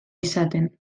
izaten